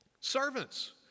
Servants